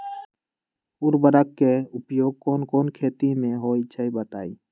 उर्वरक के उपयोग कौन कौन खेती मे होई छई बताई?